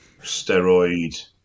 steroid